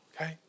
okay